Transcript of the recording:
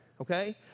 okay